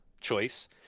choice